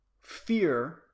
fear